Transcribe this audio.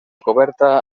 coberta